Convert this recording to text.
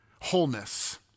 wholeness